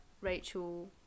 Rachel